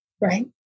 right